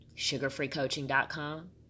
sugarfreecoaching.com